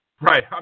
Right